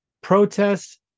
Protests